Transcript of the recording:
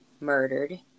murdered